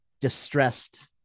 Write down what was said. distressed